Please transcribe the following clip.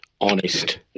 honest